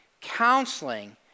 counseling